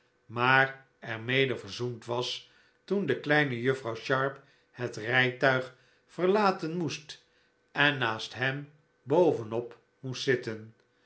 maar er mede verzoend was toen de kleine juffrouw sharp het rijtuig verlaten moest en naast hem bovenop moest zitten